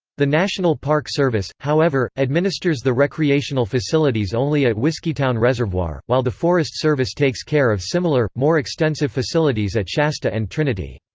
the national park service, however, administers the recreational facilities only at whiskeytown reservoir, while the forest service takes care of similar, more extensive facilities at shasta and trinity.